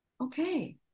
Okay